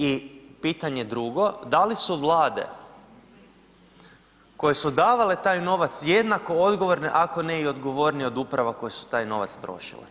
I pitanje drugo, da li su vlade koje su davale taj novac, jednako odgovorne ako ne i odgovornije od uprava koje su taj novac trošile?